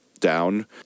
down